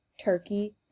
Turkey